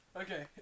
Okay